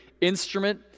instrument